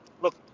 Look